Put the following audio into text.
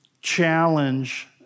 challenge